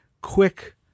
quick